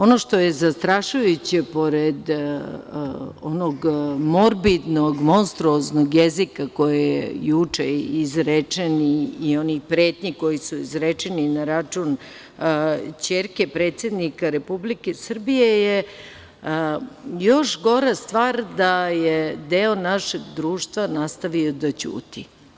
Ono što je zastrašujuće pored onog morbidnog, monstruoznog jezika koji je juče izrečen i onih pretnji koje su izrečene na račun ćerke predsednika Republike Srbije je još gora stvar da je deo našeg društva nastavio da ćuti.